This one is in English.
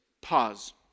Pause